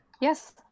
yes